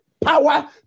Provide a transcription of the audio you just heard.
power